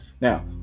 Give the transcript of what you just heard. Now